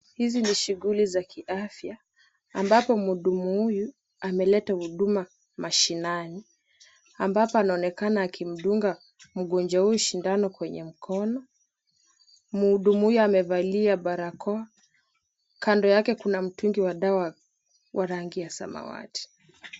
Hizi ni shuguli za kiafya ambapo mhudumu huyu ameleta huduma mashinani, ambapo anaonekana akimdunga mgonjwa huyu shindano kwenye mkono. Mhudumu huyu amevalia barakoa, kando yake kuna mtungi wa dawa wa rangi ya samawati.